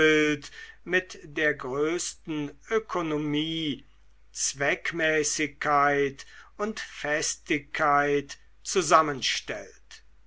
mit der größten ökonomie zweckmäßigkeit und festigkeit zusammenstellt